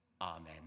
Amen